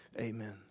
Amen